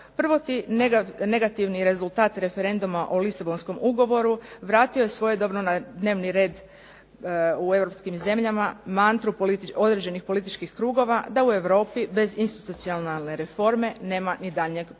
prvotni negativni rezultat referenduma o Lisabonskom ugovoru vratio je svojedobno na dnevni red u europskim zemljama mantru određenih političkih krugova da u Europi bez institucionalne reforme nema ni daljnjeg proširenja.